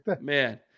man